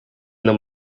não